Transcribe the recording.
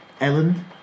Ellen